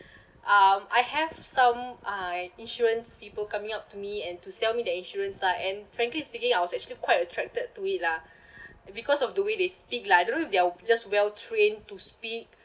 um I have some uh insurance people coming up to me and to sell me the insurance lah and frankly speaking I was actually quite attracted to it lah because of the way they speak lah I don't know if they're just well trained to speak